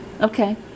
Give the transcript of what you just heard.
Okay